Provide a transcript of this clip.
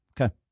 Okay